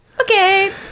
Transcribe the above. Okay